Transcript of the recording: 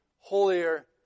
holier